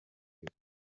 better